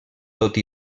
tot